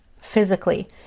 physically